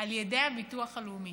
על ידי הביטוח הלאומי.